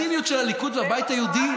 הצינית של הליכוד והבית היהודי,